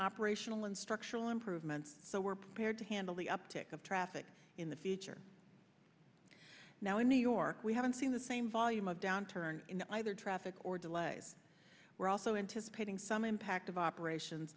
operational and structural improvements so we're prepared to handle the uptick of traffic in the future now in new york we haven't seen the same volume of downturn in either traffic or delays we're also anticipating some impact of operations